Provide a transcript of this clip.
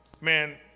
Man